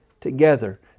together